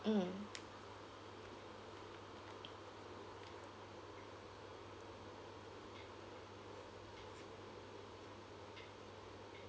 mm